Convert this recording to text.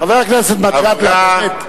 חבר הכנסת מג'אדלה.